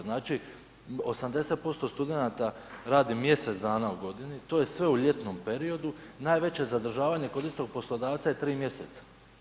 Znači 80% studenata radi mjesec dana u godini, to je sve u ljetnom periodu, najveće zadržavanje kod istog poslodavca je 3 mjeseca.